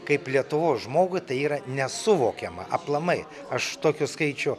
kaip lietuvos žmogui tai yra nesuvokiama aplamai aš tokių skaičių